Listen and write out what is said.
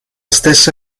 stessa